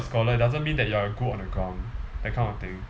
a scholar doesn't mean that you are like good on the ground that kind of thing